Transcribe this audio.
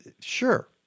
Sure